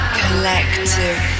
collective